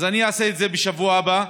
אז אני אעשה את זה בשבוע הבא.